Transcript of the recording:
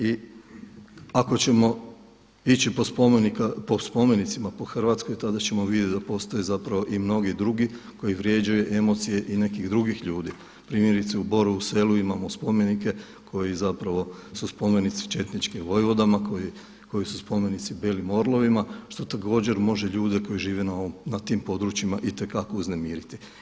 I ako ćemo ići po spomenicima po Hrvatskoj tada ćemo vidjeti da postoje zapravo i mnogi drugi koji vrijeđaju emocije i nekih drugih ljudi primjerice u Borovu selu imamo spomenike koji zapravo su spomenici četničkim vojvodama koji su spomenici bijelim orlovima što također može ljude koji žive na tim područjima itekako uznemiriti.